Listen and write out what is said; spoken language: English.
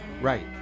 right